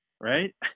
right